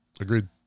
Agreed